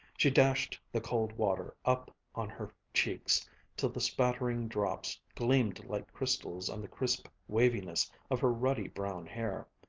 she dashed the cold water up on her cheeks till the spattering drops gleamed like crystals on the crisp waviness of her ruddy brown hair.